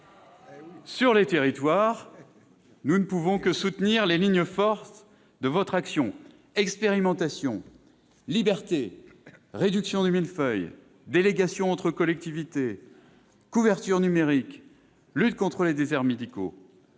des territoires, nous ne pouvons que soutenir les lignes de force de votre action : expérimentation, liberté, réduction du millefeuille, délégations entre collectivités, couverture numérique, lutte contre les déserts médicaux.